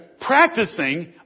practicing